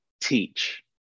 teach